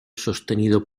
sostenido